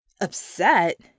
Upset